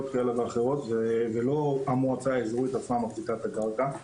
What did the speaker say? כאלה ואחרות ולא המועצה האזורית עצמה שמחזיקה את הקרקע.